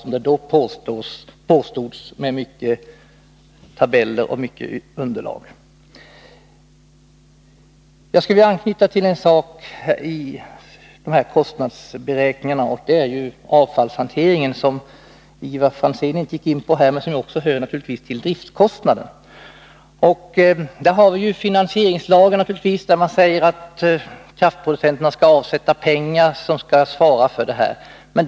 Det påstods ju som sagt, och då hade man många tabeller och annat som underlag. Jag skulle vilja anknyta till en sak när det gäller kostnadsberäkningarna, och det är avfallshanteringen, som Ivar Franzén här inte gick in på men som naturligtvis sammanhänger med driftkostnaden. Enligt en lag om finansieringen skall kraftproducenterna avsätta pengar för detta ändamål.